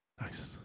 Nice